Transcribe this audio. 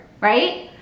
right